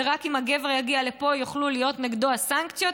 ורק אם הגבר יגיע לפה יוכלו להיות נגדו הסנקציות,